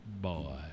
Boy